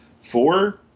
four